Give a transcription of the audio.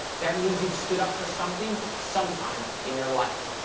that means you've stood up for something, sometime in your life.